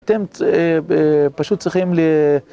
אתם פשוט צריכים ל...